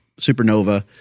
Supernova